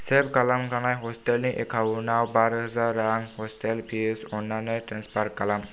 सेब खालामखानाय हस्टेलनि एकाउन्टआव बा रोजा रां हस्टेल फिस अन्नानै ट्रेन्सफार खालाम